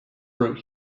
brute